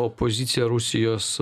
opozicija rusijos